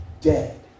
dead